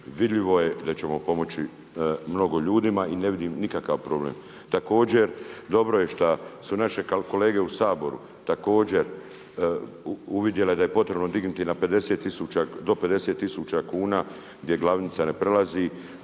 vidljivo je da ćemo pomoći mnogo ljudima i ne vidim nikakav problem. Također dobro je šta su naše kolege u Saboru također uvidjele da je potrebno dignuti do 50 tisuća kuna gdje glavnica ne prelazi,